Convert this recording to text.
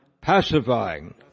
pacifying